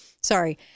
Sorry